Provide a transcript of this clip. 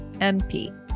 mp